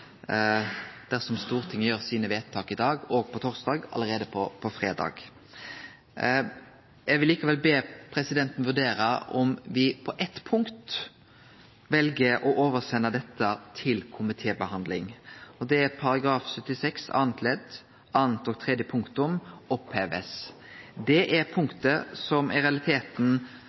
dersom Stortinget gjer sine vedtak i dag og på torsdag, allereie på fredag. Eg vil likevel be presidenten vurdere om me på eitt punkt vel å sende dette over til komitébehandling, og det er om at § 76 andre ledd andre og tredje punktum blir oppheva. Det er